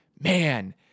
Man